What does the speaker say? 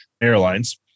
airlines